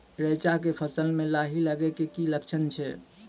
रैचा के फसल मे लाही लगे के की लक्छण छै?